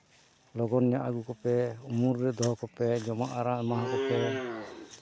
ᱞᱚᱜᱚᱱ ᱧᱚᱜ ᱟᱹᱜᱩ ᱠᱚᱯᱮ ᱩᱢᱩᱞ ᱨᱮ ᱫᱚᱦᱚ ᱠᱚᱯᱮ ᱡᱚᱢᱟᱠ ᱟᱨ ᱮᱢᱟ ᱠᱚᱯᱮ